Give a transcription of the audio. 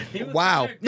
Wow